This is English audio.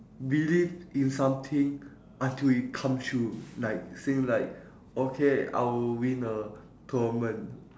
believe in something until it come true like say like okay I will win a tournament